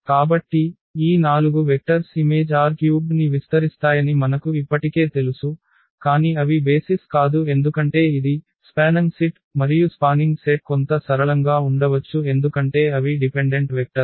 కాబట్టి ఈ 4 vectors image R³ ని విస్తరిస్తాయని మనకు ఇప్పటికే తెలుసు కాని అవి బేసిస్ కాదు ఎందుకంటే ఇది విస్తరించిన సమితి మరియు స్పానింగ్ సెట్ కొంత సరళంగా ఉండవచ్చు ఎందుకంటే అవి ఆధారిత వెక్టర్స్